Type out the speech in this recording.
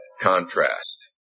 contrast